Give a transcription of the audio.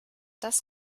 das